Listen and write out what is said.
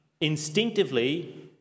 instinctively